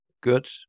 good